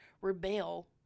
rebel